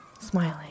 smiling